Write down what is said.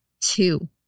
Two